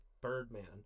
Birdman